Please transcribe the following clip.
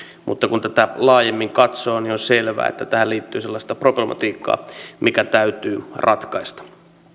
mutta kun tätä laajemmin katsoo on selvää että tähän liittyy sellaista problematiikkaa mikä täytyy ratkaista